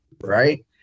Right